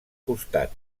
costat